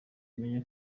umenye